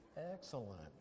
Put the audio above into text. Excellent